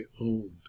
owned